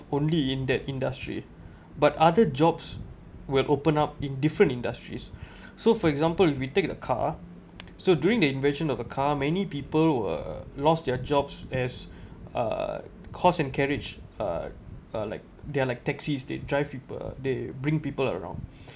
only in that industry but other jobs will open up in different industries so for example if we take the car so during the invention of the car many people were lost their jobs as uh cost and carriage uh uh like they are like taxis they drive people they bring people around